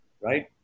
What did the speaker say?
Right